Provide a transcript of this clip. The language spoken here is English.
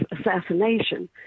assassination